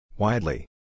Widely